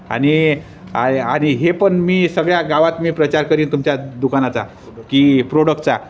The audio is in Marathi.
आणि आ आणि हे पण मी सगळ्या गावात मी प्रचार करीन तुमच्या दुकानाचा की प्रोडक्टचा